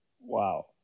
Wow